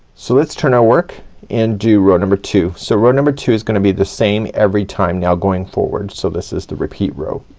so let's turn ah work and do row number two. so row number two is gonna be the same every time now going forward. so this is the repeat row.